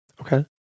Okay